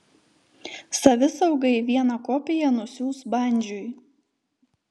savisaugai vieną kopiją nusiųs bandžiui